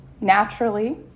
naturally